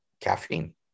caffeine